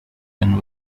and